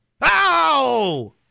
Ow